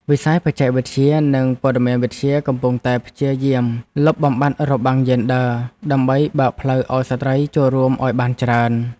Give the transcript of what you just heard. វិស័យបច្ចេកវិទ្យានិងព័ត៌មានវិទ្យាកំពុងតែព្យាយាមលុបបំបាត់របាំងយេនឌ័រ ដើម្បីបើកផ្លូវឱ្យស្ត្រីចូលរួមឱ្យបានច្រើន។